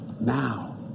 now